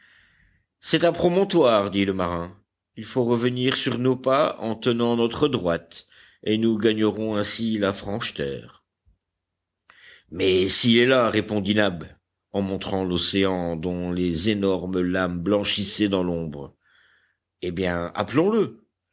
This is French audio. c'est un promontoire dit le marin il faut revenir sur nos pas en tenant notre droite et nous gagnerons ainsi la franche terre mais s'il est là répondit nab en montrant l'océan dont les énormes lames blanchissaient dans l'ombre eh bien appelons le